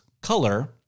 color